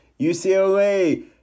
UCLA